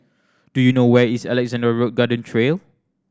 do you know where is Alexandra Road Garden Trail